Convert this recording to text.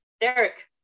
Derek